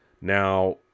Now